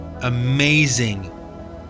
amazing